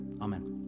Amen